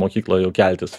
mokykloj jau keltis